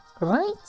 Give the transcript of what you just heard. Right